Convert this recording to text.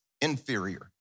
inferior